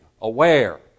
aware